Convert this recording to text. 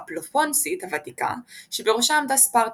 הפלופונסית הוותיקה שבראשה עמדה ספרטה.